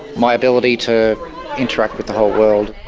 my ability to interact with the whole world.